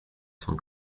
cent